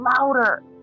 louder